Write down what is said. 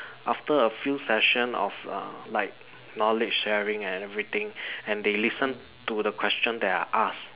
after a few sessions of uh like knowledge sharing and everything and they listen to the question that I ask